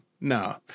no